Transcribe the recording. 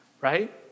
right